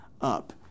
up